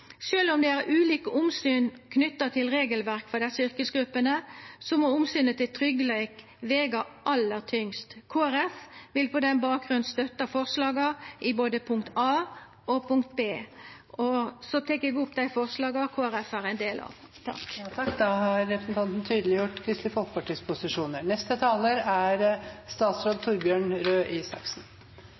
om det er ulike omsyn knytte til regelverk for desse yrkesgruppene, må omsynet til tryggleik vega aller tyngst. Kristeleg Folkeparti vil på den bakgrunn støtta forslaga i både A og B.